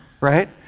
right